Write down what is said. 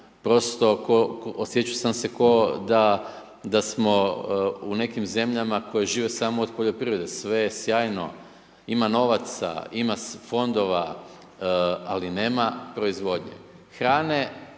prosto ko, osjećao sam se kao da smo u nekim zemljama koje žive samo od poljoprivrede, sve je sjajno, ima novaca, ima fondova ali nema proizvodnje. Hrane